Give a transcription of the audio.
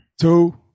Two